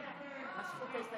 אנחנו מושכים את ההסתייגויות.